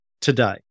today